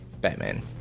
Batman